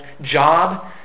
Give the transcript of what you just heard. job